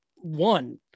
One